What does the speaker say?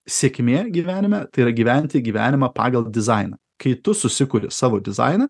sėkmė gyvenime tai yra gyventi gyvenimą pagal dizainą kai tu susikuri savo dizainą